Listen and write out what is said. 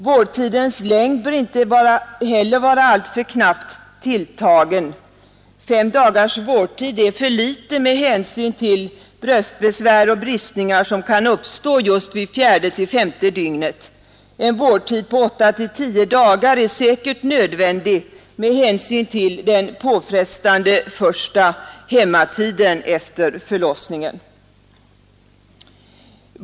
Vårdtidens längd bör vidare inte vara alltför knappt tilltagen; fem dagars vårdtid är för litet med hänsyn till bröstbesvär och bristningar som kan uppstå just vid fjärde eller femte dygnet. En vårdtid på åtta till tio dagar är säkerligen nödvändig med hänsyn till den påfrestande första hemmatiden efter förlossningen.